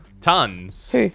Tons